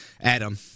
Adam